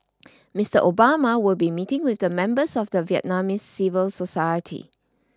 Mister Obama will be meeting with members of the Vietnamese civil society